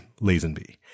Lazenby